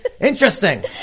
Interesting